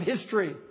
history